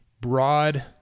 broad